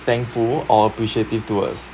thankful or appreciative towards